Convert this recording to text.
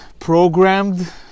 programmed